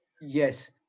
Yes